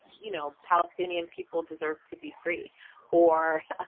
you know palestinian people deserve to be free or